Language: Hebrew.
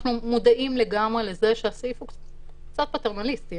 אנחנו מודעים לזה שהסעיף הזה הוא קצת פטרנליסטי,